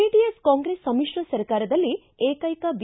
JDS Congress ಸಮಿಶ್ರ ಸರ್ಕಾರದಲ್ಲಿ ಏಕೈಕ ಬಿ